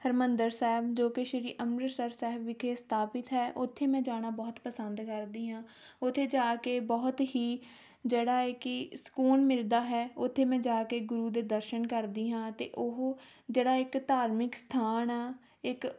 ਹਰਿਮੰਦਰ ਸਾਹਿਬ ਜੋ ਕਿ ਸ਼੍ਰੀ ਅੰਮ੍ਰਿਤਸਰ ਸਾਹਿਬ ਵਿਖੇ ਸਥਾਪਿਤ ਹੈ ਉੱਥੇ ਮੈਂ ਜਾਣਾ ਬਹੁਤ ਪਸੰਦ ਕਰਦੀ ਹਾਂ ਉੱਥੇ ਜਾ ਕੇ ਬਹੁਤ ਹੀ ਜਿਹੜਾ ਏ ਕਿ ਸਕੂਨ ਮਿਲਦਾ ਹੈ ਉੱਥੇ ਮੈਂ ਜਾ ਕੇ ਗੁਰੂ ਦੇ ਦਰਸ਼ਨ ਕਰਦੀ ਹਾਂ ਅਤੇ ਉਹ ਜਿਹੜਾ ਇੱਕ ਧਾਰਮਿਕ ਅਸਥਾਨ ਆ ਇੱਕ